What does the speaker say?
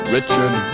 Richard